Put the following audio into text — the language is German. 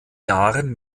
jahren